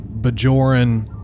Bajoran